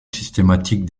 systématique